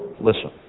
listen